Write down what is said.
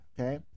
okay